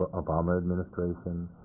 ah obama administration.